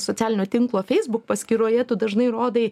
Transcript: socialinio tinklo facebook paskyroje tu dažnai rodai